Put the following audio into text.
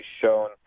shown